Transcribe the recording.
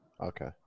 okay